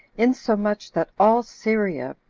insomuch that all syria,